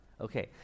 Okay